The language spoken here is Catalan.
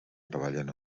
treballen